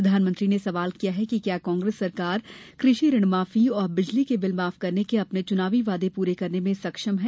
प्रधानमंत्री ने सवाल किया है कि क्या कांग्रेस सरकार कृषि ऋणमाफी और बिजली के बिल माफ करने के अपने च्नावी वादे पूरे करने में सक्षम है